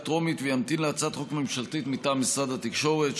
טרומית וימתין להצעת חוק ממשלתית מטעם משרד התקשורת,